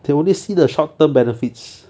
they only see the short term benefits